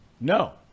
No